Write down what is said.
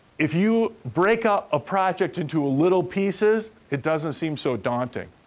if you break up a project into ah little pieces, it doesn't seem so daunting.